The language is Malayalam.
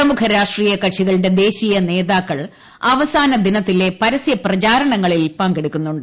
പ്രമുഖ രാഷ്ട്രീയ കക്ഷികളുടെ ദേശീയ നേതാക്കൾ അവാസന ദിനത്തിലെ പരസ്യ പ്രചാരണങ്ങളിൽ പങ്കെടുക്കുന്നുണ്ട്